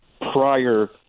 prior